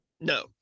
no